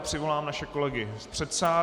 Přivolám naše kolegy z předsálí.